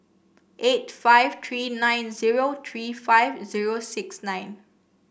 eight five three nine zero three five zero six nine